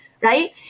right